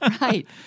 right